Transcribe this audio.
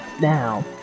Now